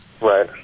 Right